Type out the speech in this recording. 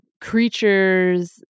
creatures